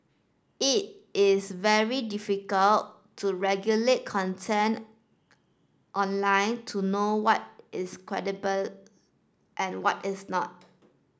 it is very difficult to regulate content online to know what is credible and what is not